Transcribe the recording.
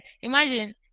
imagine